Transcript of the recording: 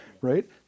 Right